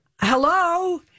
Hello